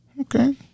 Okay